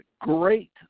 great